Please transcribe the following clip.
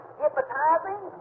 hypnotizing